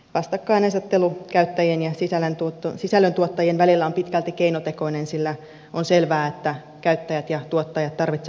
vastakkainasettelu käyttäjien ja sisällöntuottajien välillä on pitkälti keinotekoinen sillä on selvää että käyttäjät ja tuottajat tarvitsevat toisiaan